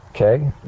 okay